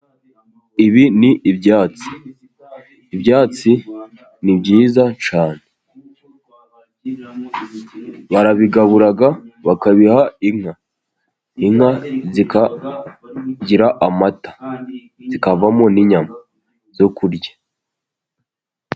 Ibi ni ibyatsi ibyatsi ni byiza cyane, barabigabura bakabiha inka. Inka zikagira amata zikavamo n'inyama zo kurya.